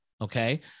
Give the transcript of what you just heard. Okay